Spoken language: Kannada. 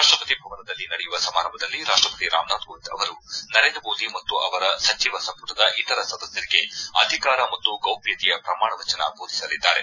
ರಾಷ್ಟಪತಿ ಭವನದಲ್ಲಿ ನಡೆಯುವ ಸಮಾರಂಭದಲ್ಲಿ ರಾಷ್ಟಪತಿ ರಾಮನಾಥ್ ಕೋವಿಂದ್ ಅವರು ನರೇಂದ್ರ ಮೋದಿ ಮತ್ತು ಅವರ ಸಚಿವ ಸಂಪುಟದ ಇತರ ಸದಸ್ದರಿಗೆ ಅಧಿಕಾರ ಮತ್ತು ಗೌಪ್ವತೆಯ ಪ್ರಮಾಣವಚನ ಬೋಧಿಸಲಿದ್ದಾರೆ